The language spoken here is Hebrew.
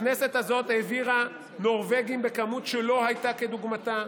הכנסת הזאת העבירה נורבגים בכמות שלא הייתה כדוגמתה.